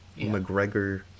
McGregor